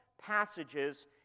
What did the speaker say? passages